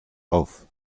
auf